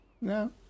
No